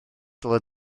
dylai